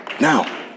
Now